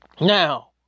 Now